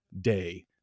day